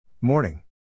Morning